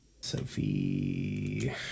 Sophie